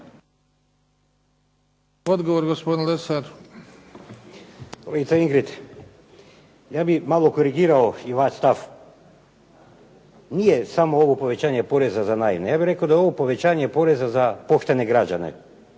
Kolegice Ingrid, ja bih malo korigirao i vaš stav. Nije samo ovo povećanje poreza za naivne, ja bih rekao da je ovo povećanje poreza za poštene građane